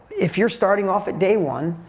if you're starting off at day one,